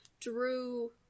drew